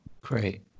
Great